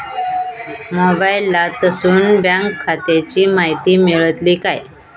मोबाईलातसून बँक खात्याची माहिती मेळतली काय?